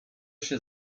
się